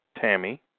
Tammy